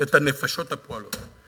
את הנפשות הפועלות.